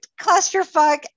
clusterfuck